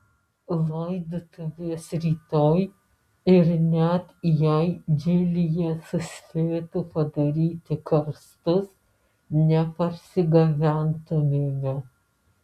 laidotuvės rytoj ir net jei džilyje suspėtų padaryti karstus neparsigabentumėme